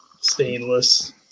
stainless